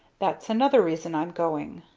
that's another reason i'm going.